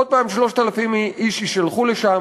עוד הפעם 3,000 איש יישלחו לשם.